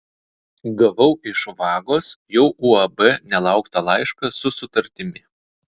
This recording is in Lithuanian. gavau iš vagos jau uab nelauktą laišką su sutartimi